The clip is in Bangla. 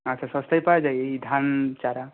আচ্ছা সস্তায় পাওয়া যায় এই ধান চারা